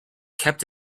kept